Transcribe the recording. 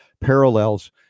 parallels